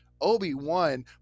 Obi-Wan